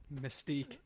mystique